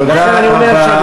תודה רבה.